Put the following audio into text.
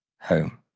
home